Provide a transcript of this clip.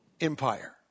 Empire